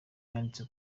yanditse